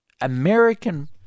American